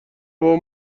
وام